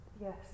Yes